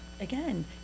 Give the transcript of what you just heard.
again